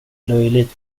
löjligt